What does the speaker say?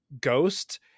ghost